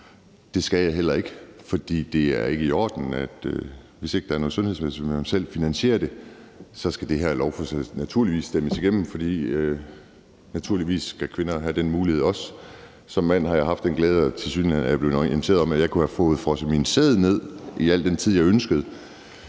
det skal jeg heller ikke. For det er ikke i orden, hvis der ikke er noget sundhedsmæssigt, men man selv finansierer det, så det her lovforslag skal naturligvis stemmes igennem. For naturligvis skal kvinder også have den mulighed. Som mand har jeg haft den glæde, er jeg blevet orienteret om, at jeg tilsyneladende kunne få frosset min sæd ned i al den tid, jeg ønskede.